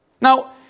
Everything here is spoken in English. Now